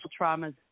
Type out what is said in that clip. traumas